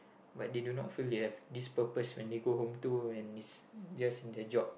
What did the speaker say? but they do not feel they have this purpose when they go home to when is just in their job